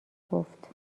گفت